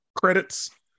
credits